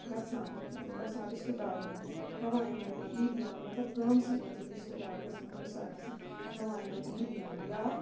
گَژھان گژھان رِشتہٕ دارَن ہُنٛد ہٮ۪وان یِمَن اَتہِ عیٖدیان مطلب گامسٕے منٛز یِم رِشتہٕ دار آسن ہَمساے آسَن ہٮ۪وان یِمَن عیٖدِیان یا